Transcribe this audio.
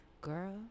Girl